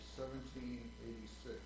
1786